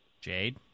Jade